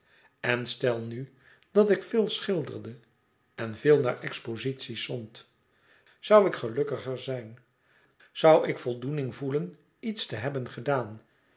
en stel nu dat ik veel schilderde en veel naar expozities zond zoû ik gelukkiger zijn zoû ik voldoening voelen iets te hebben gedaan